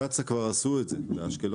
קצ"א כבר עשו את זה באשקלון.